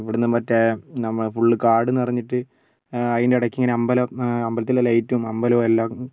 ഇവിടുന്ന് മറ്റേ നമ്മ ഫുള്ള് കാട് നിറഞ്ഞിട്ട് അതിൻ്റെ ഇടക്ക് ഇങ്ങനെ അമ്പലം അമ്പലത്തിൻ്റെ ലൈറ്റും അമ്പലവും എല്ലാം